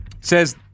says